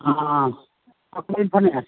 ᱦᱮᱸ ᱚᱠᱟ ᱠᱷᱚᱱ ᱵᱤᱱ ᱯᱷᱳᱱᱮᱫᱼᱟ